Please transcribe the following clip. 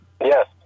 Yes